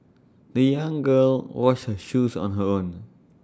the young girl washed her shoes on her own